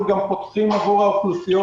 אנחנו גם פותחים עבור האוכלוסיות